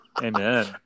Amen